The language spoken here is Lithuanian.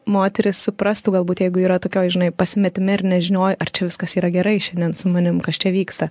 moterys suprastų galbūt jeigu yra tokioj žinai pasimetime ir nežinioj ar čia viskas yra gerai šiandien su manim kas čia vyksta